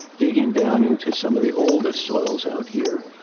digging down into some of the oldest soils out here.